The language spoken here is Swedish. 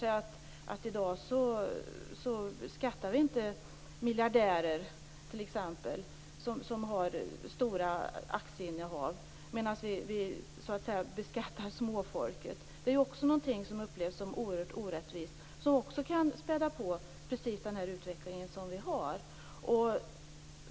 Det visade sig att miljardärer med stora aktieinnehav inte beskattas. I stället beskattas småfolket. Det är också något som upplevs som oerhört orättvist. Det kan också späda på utvecklingen.